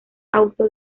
auto